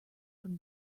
from